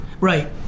Right